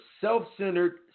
self-centered